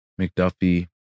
McDuffie